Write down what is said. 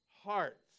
hearts